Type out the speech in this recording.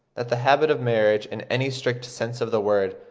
that the habit of marriage, in any strict sense of the word,